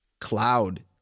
cloud